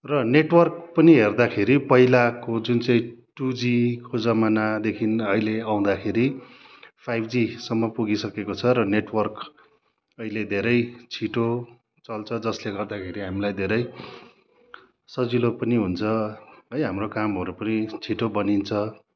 र नेटवर्क पनि हेर्दाखेरि पहिलाको जुन चाहिँ टू जीको जमानादेखि अहिले आउँदाखेरि फाइभ जीसम्म पुगिसकेको छ र नेटवर्क अहिले धेरै छिटो चल्छ जसले गर्दाखेरि हामीलाई धेरै सजिलो पनि हुन्छ है हाम्रो कामहरू पनि छिटो बनिन्छ